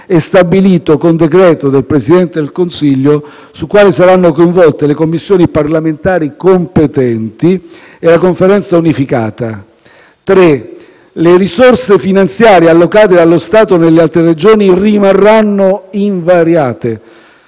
stabilito con decreto del Presidente del Consiglio, sul quale saranno coinvolte le Commissioni parlamentari competenti e la Conferenza unificata. Le risorse finanziarie allocate dallo Stato nelle altre Regioni rimarranno invariate.